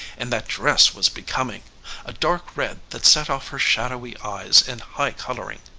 and that dress was becoming a dark red that set off her shadowy eyes and high coloring.